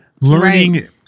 Learning